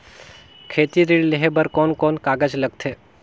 खेती ऋण लेहे बार कोन कोन कागज लगथे?